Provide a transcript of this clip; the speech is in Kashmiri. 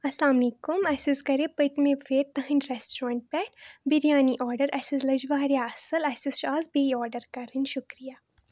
اَسَلامُ علیکُم اَسہِ حظ کَرے پٔتمہِ پھِرِ تٕہٕنٛدۍ ریسٹورنٛٹ پیٚٹھ بِریانی آرڈَر اَسہِ حظ لٔج واریاہ اَصٕل اَسہِ حظ چھِ آز بیٚیہِ آرڈَر کَرٕنۍ شُکریہ